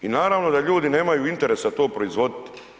I naravno da ljudi nemaju interesa to proizvodit.